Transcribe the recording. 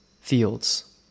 fields